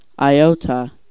Iota